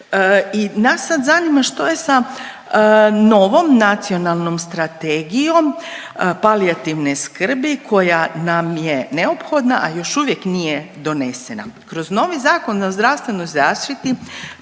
i nas sad zanima što je sa novom Nacionalnom strategijom palijativne skrbi koja nam je neophodna, a još uvijek nije donesena. Kroz novi Zakon o zdravstvenoj zaštiti